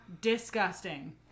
disgusting